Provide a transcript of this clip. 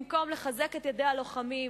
במקום לחזק את ידי הלוחמים,